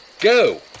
Go